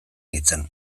nintzen